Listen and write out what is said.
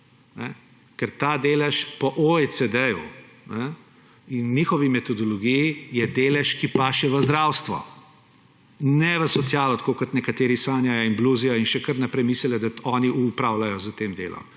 ker ta delež po OECD in njihovi metodologiji je delež, ki paše v zdravstvo, ne v socialo, tako kot nekateri sanjajo in bluzijo in še kar naprej mislijo, da oni upravljajo s tem delom.